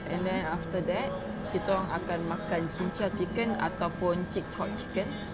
and then after that kita orang akan makan jinjja chicken ataupun chix hot chicken